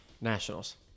Nationals